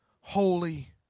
holy